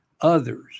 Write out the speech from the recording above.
others